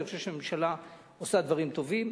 אני חושב שהממשלה עושה דברים טובים.